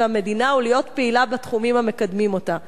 והמדינה ולהיות פעילה בתחומים המקדמים אותה.